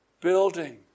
building